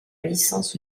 licence